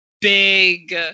big